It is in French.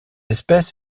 espèce